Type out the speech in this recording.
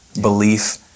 belief